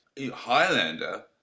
Highlander